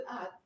add